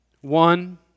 One